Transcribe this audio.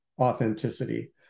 authenticity